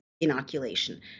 inoculation